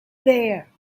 there